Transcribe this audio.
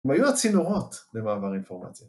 ‫הם היו הצינורות למעבר אינפורמציה.